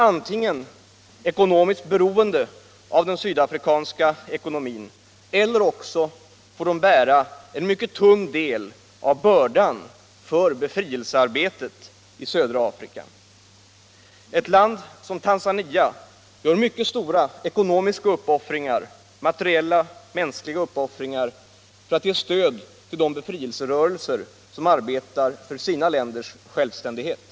Antingen är de ekonomiskt beroende av den sydafrikanska ekonomin eller också får de bära en mycket tung del av bördan för befrielsearbetet i södra Afrika. Ett land som Tanzania gör mycket stora ekonomiska och mänskliga uppoffringar för att ge stöd till de befrielserörelser som arbetar för sina länders självständighet.